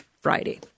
Friday